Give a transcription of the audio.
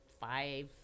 five